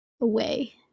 away